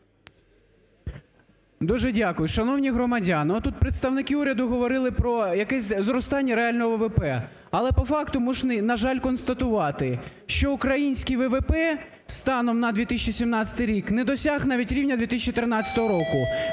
Дуже дякую. Шановні громадяни, отут представники уряду говорили про якесь зростання реального ВВП. Але по факту можна, на жаль, констатувати, що український ВВП станом на 2017 рік не досяг навіть рівня 2013 року.